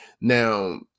Now